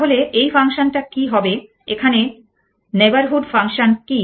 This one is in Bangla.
তাহলে এই ফাংশন টা কি হবে এখানে নেইবরহুড ফাংশন কি